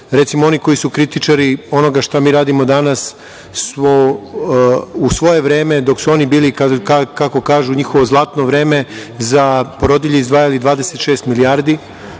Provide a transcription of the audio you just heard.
oni koji su kritičari onoga što mi radimo danas su u svoje vreme, dok su oni bili, kako kažu, njihovo zlatno vreme, za porodilje izdvajali 26 milijardi.